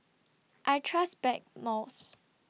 I Trust Blackmores